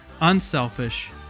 unselfish